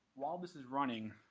while this is running,